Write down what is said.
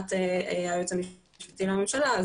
מבחינת הייעוץ המשפטי לממשלה,